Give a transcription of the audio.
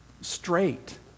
straight